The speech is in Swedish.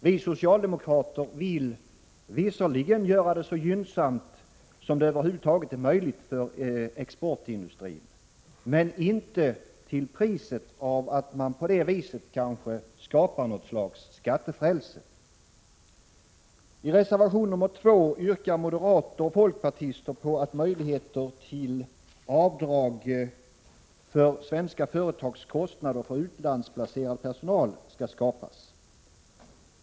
Vi socialdemokrater vill visserligen göra det så gynnsamt för exportindustrin som det över huvud taget är möjligt, men inte till priset av att man på det viset kanske skapar något slags skattefrälse. I reservation nr 2 yrkar moderaterna och folkpartisterna att möjligheter till avdrag för svenska företags kostnader för utlandsplacerad personal skall skapas.